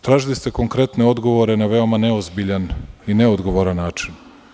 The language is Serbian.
Tražili ste konkretne odgovore na veoma neozbiljan i neodgovoran način.